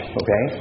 okay